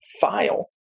File